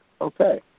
okay